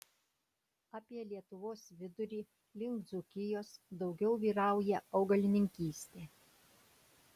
apie lietuvos vidurį link dzūkijos daugiau vyrauja augalininkystė